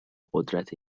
قدرت